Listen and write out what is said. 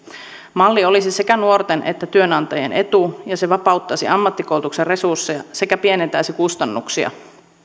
malli olisi sekä nuorten että työnantajien etu ja se vapauttaisi ammattikoulutuksen resursseja sekä pienentäisi kustannuksia